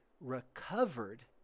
recovered